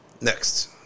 next